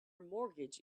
mortgage